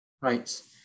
Right